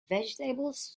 vegetables